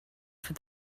for